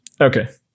Okay